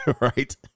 right